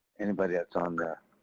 anybody that's on there,